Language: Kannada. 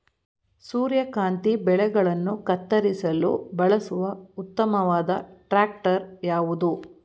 ಸೂರ್ಯಕಾಂತಿ ಬೆಳೆಗಳನ್ನು ಕತ್ತರಿಸಲು ಬಳಸುವ ಉತ್ತಮವಾದ ಟ್ರಾಕ್ಟರ್ ಯಾವುದು?